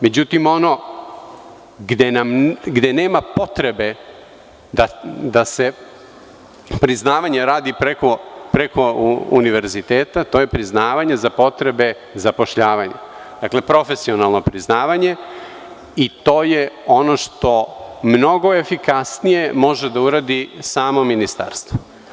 Međutim, ono gde nema potrebe da se priznavanje radi preko univerziteta, to je priznavanje za potrebe zapošljavanja, dakle, profesionalno priznavanje i to je ono što mnogo efikasnije može da uradi samo Ministarstvo.